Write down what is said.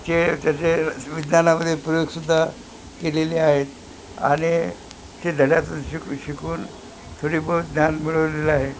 ते त्याचे विज्ञानामध्ये प्रयोगसुद्धा केलेले आहेत आणि ते धड्यातून शिक शिकून थोडी बहुत ज्ञान मिळवलेलं आहे